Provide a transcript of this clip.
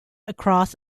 across